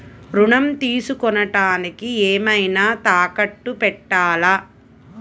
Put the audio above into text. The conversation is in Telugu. ఋణం తీసుకొనుటానికి ఏమైనా తాకట్టు పెట్టాలా?